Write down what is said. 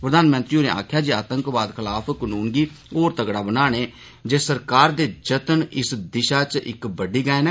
प्रघानमंत्री होरें आक्खेआ जे आतंकवाद खलाफ कनूने गी होर तगड़ा बनाने जे सरकार दे जत्न इस दिशा च इक बड्डी गैंह न